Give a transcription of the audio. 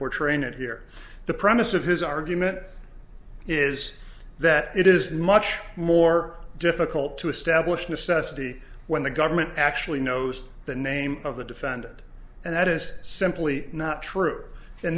it here the premise of his argument is that it is much more difficult to establish necessity when the government actually knows the name of the defendant and that is simply not true in